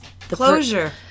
Closure